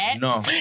No